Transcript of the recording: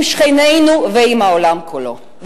עם שכנינו ועם העולם כולו.